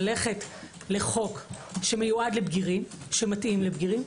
ללכת לחוק שמיועד ומתאים לבגירים,